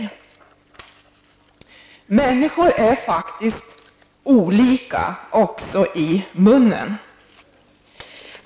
Människor är faktiskt olika, också i munnen.